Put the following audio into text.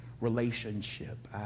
Relationship